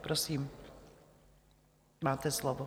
Prosím, máte slovo.